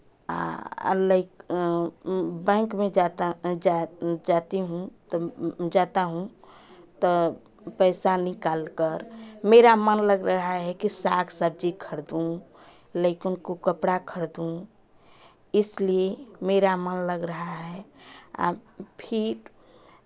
आ bank में जाता जा जाती हूँ तो जाता हूँ तो पैसा निकाल कर मेरा मन लग रहा है कि साग सब्ज़ी खरीदूँ लैकन को कपड़ा खरीदूँ इसलिए मेरा मन लग रहा है आ फिर